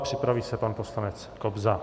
Připraví se pan poslanec Kobza.